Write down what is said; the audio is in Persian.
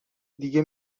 دیگه